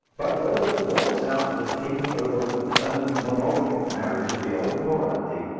but whether it works out to the taking over of the permanent monogamic marriage of the old morality,